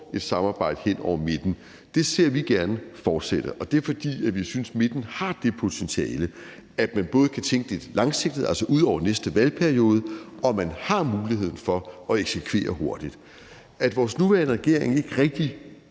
et samarbejde hen over midten, ser vi gerne fortsætter, og det er, fordi vi synes, at midten har det potentiale, at man både kan tænke lidt langsigtet, altså ud over næste valgperiode, og har muligheden for at eksekvere hurtigt. At vores nuværende regering ikke rigtig